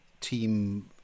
team